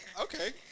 Okay